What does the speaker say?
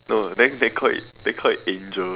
no then then call it then call it angel